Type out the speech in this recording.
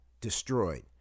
destroyed